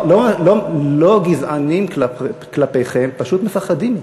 באסל, לא גזענים כלפיכם, פשוט מפחדים מכם.